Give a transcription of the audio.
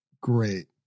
great